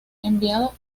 enviado